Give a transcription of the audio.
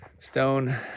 stone